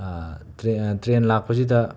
ꯇ꯭ꯔꯦ ꯇ꯭ꯔꯦꯟ ꯂꯥꯛꯄꯁꯤꯗ